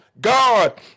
God